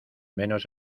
menos